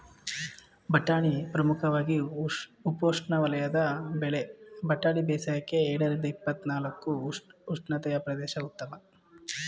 ಬಟಾಣಿ ಪ್ರಮುಖವಾಗಿ ಉಪೋಷ್ಣವಲಯದ ಬೆಳೆ ಬಟಾಣಿ ಬೇಸಾಯಕ್ಕೆ ಎಳರಿಂದ ಇಪ್ಪತ್ನಾಲ್ಕು ಅ ಉಷ್ಣತೆಯ ಪ್ರದೇಶ ಉತ್ತಮ